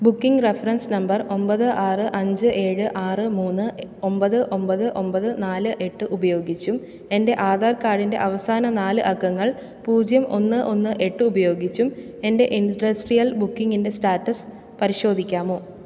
booking reference number ഒമ്പത് ആറ് അഞ്ച് ഏഴ് ആറ് മൂന്ന് ഒമ്പത് ഒമ്പത് ഒമ്പത് നാല് എട്ട് ഉപയോഗിച്ചും എന്റെ ആധാർ കാർഡിന്റെ അവസാന നാല് അക്കങ്ങൾ പൂജ്യം ഒന്ന് ഒന്ന് എട്ട് ഉപയോഗിച്ചും എന്റെ ഇൻട്രസ്ട്രിയൽ ബുക്കിങ്ങിന്റെ സ്റ്റാറ്റസ് പരിശോധിക്കാമോ